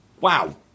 Wow